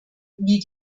wie